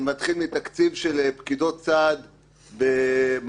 זה מתחיל מתקציב של פקידות סעד במחלקות,